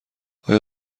آیا